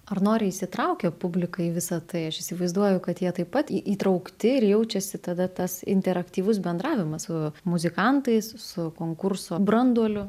ar noriai įsitraukia publika į visa tai aš įsivaizduoju kad jie taip pat į įtraukti ir jaučiasi tada tas interaktyvus bendravimas su muzikantais su konkurso branduoliu